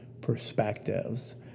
perspectives